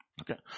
Okay